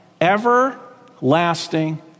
everlasting